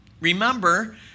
Remember